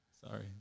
Sorry